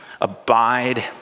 Abide